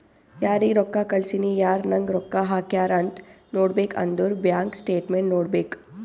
ಯಾರಿಗ್ ರೊಕ್ಕಾ ಕಳ್ಸಿನಿ, ಯಾರ್ ನಂಗ್ ರೊಕ್ಕಾ ಹಾಕ್ಯಾರ್ ಅಂತ್ ನೋಡ್ಬೇಕ್ ಅಂದುರ್ ಬ್ಯಾಂಕ್ ಸ್ಟೇಟ್ಮೆಂಟ್ ನೋಡ್ಬೇಕ್